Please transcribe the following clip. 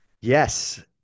Yes